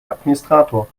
administrator